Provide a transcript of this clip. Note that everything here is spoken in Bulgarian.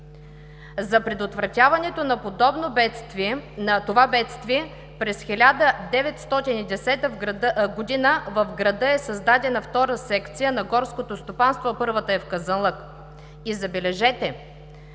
За предотвратяване на това бедствие през 1910 г. в града е създадена втора секция на горското стопанство, а първата е в Казанлък. Забележете,